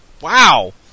Wow